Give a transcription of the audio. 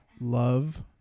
love